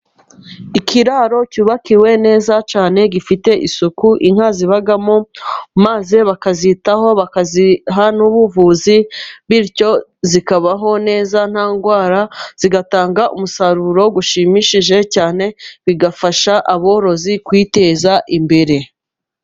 Ikiraro cyubakiwe neza cyane gifite isuku inka zibamo, maze bakazitaho bakaziha n'ubuvuzi, bityo zikabaho neza nta ndwara, zigatanga umusaruro ushimishije cyane, bigafasha aborozi kwiteza imbere.